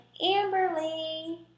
Amberly